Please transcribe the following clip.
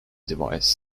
device